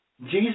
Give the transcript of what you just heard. Jesus